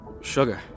sugar